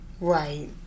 Right